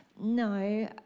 No